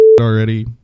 already